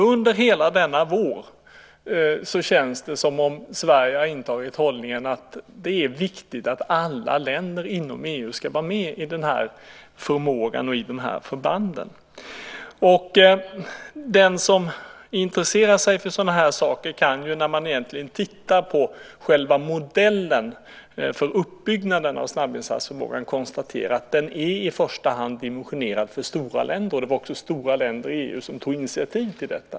Under hela denna vår känns det som om Sverige har intagit hållningen att det är viktigt att alla länder inom EU ska vara med i den här förmågan och i de här förbanden. Den som intresserar sig för sådana här saker kan, när man tittar på själva modellen för uppbyggnaden av snabbinsatsförmågan, konstatera att den i första hand är dimensionerad för stora länder. Det var också stora länder i EU som tog initiativ till detta.